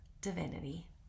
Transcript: Divinity